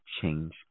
change